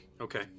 Okay